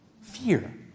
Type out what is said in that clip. Fear